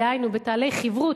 דהיינו בתהליכי חִברות,